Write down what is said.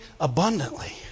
abundantly